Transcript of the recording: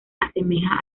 asemeja